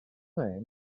name